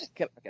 Okay